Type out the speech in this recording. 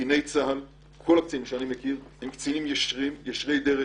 שקציני צה"ל הם קצינים ישרי דרך,